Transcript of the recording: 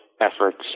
efforts